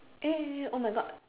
eh oh my god